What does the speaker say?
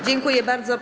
Dziękuję bardzo.